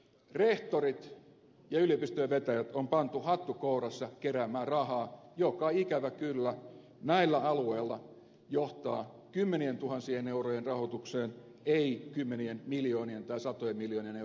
rehtorit ja yliopistojen vetäjät on pantu hattu kourassa keräämään rahaa joka ikävä kyllä näillä alueilla johtaa kymmenientuhansien eurojen rahoitukseen ei kymmenien miljoonien tai satojen miljoonien eurojen rahoitukseen